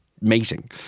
mating